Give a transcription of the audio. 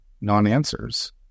non-answers